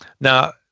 Now